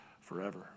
forever